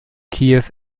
kiew